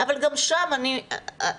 אבל גם שם אני מזהירה,